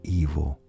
evil